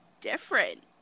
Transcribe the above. different